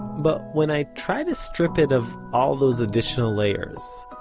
but when i try to strip it of all those additional layers,